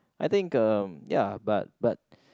I think uh ya but but